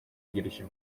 girişim